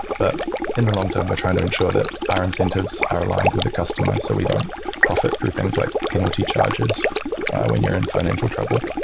but in the long term we're trying to ensure that our incentives are aligned with the customer so we don't profit though things like penalty charges when you're in financial trouble.